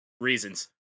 reasons